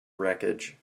wreckage